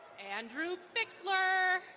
andrew fixler.